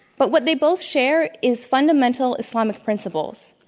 but what they both share is fundamental islamic principles.